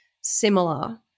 similar